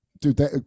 Dude